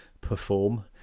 perform